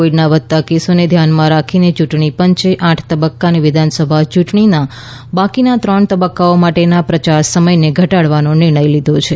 કોવીડના વધતા કેસોને ધ્યાનમાં રાખીને યૂંટણી પંચે આઠ તબક્કાની વિધાનસભા ચૂંટણીના બાકીના ત્રણ તબક્કાઓ માટેના પ્રચાર સમયને ઘટાડવાનો નિર્ણય લીધો છે